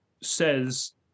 says